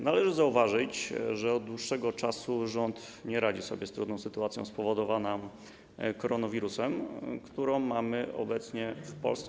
Należy zauważyć, że od dłuższego czasu rząd nie radzi sobie z trudną sytuacją spowodowaną koronawirusem, którą mamy obecnie w Polsce.